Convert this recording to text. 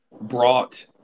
brought